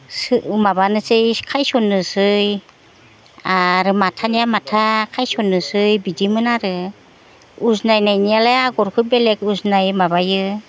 माबानोसै खायसननोसै आरो माथानिया माथा खायसननोसै बिदिमोन आरो उजनायनाय आगरखो बेलेक उजनाय माबायो